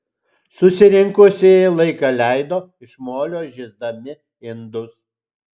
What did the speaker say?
susirinkusieji laiką leido iš molio žiesdami indus